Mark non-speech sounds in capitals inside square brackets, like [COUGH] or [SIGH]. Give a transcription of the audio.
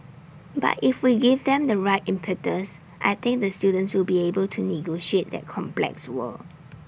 but if we give them the right impetus I think the students will be able to negotiate that complex world [NOISE]